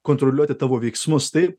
kontroliuoti tavo veiksmus tai